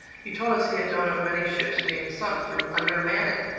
he told us he had known of many ships being sunk through undermanning.